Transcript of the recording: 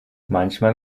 manchmal